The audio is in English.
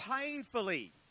painfully